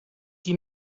qui